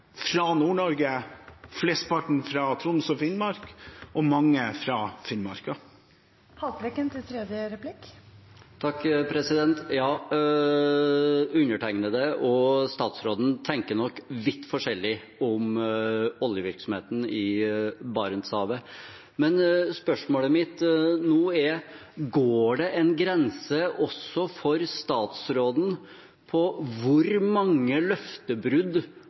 fra Nord-Norge, flesteparten fra Troms og Finnmark, og mange fra Finnmark. Ja, undertegnede og statsråden tenker nok vidt forskjellig om oljevirksomheten i Barentshavet. Men spørsmålet mitt nå er: Går det en grense for statsråden for hvor mange løftebrudd